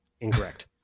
Incorrect